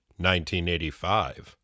1985